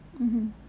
mmhmm